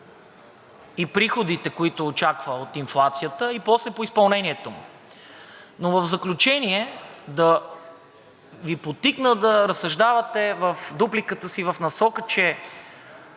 и приходите, които очаква от инфлацията и после по изпълнението. Но в заключение да Ви подтикна да разсъждавате в дупликата си в насока, че